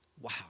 Wow